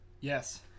yes